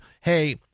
hey